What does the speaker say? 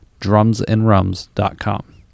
drumsandrums.com